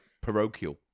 parochial